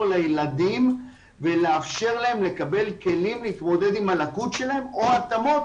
לילדים ולאפשר להם לקבל כלים להתמודד עם הלקות שלהם או התאמות,